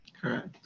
correct